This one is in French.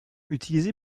utilisée